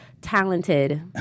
talented